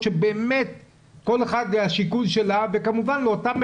לכן שמתי על שולחן הכנסת ולא סתם,